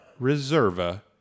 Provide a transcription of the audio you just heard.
Reserva